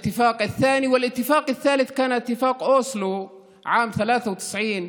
וההסכם השלישי היה הסכם אוסלו בשנת 1993,